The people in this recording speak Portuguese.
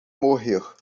morrer